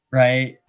right